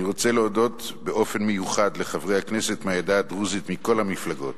אני רוצה להודות באופן מיוחד לחברי הכנסת מהעדה הדרוזית מכל המפלגות,